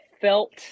felt